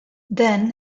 then